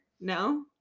No